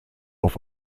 auf